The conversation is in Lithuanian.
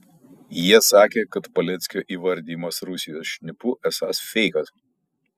jie sakė kad paleckio įvardijimas rusijos šnipu esąs feikas